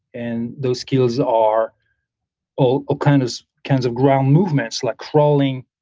and those skills are all ah kind of kinds of ground movements like crawling,